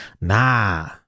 Nah